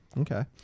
Okay